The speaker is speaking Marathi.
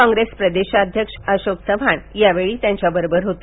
कॉग्रेस प्रदेशाध्यक्ष अशोक चव्हाण या वेळी त्यांच्या बरोबर होते